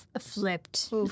flipped